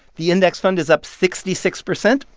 the index fund is up sixty six percent.